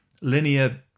linear